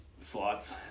Slots